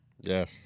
Yes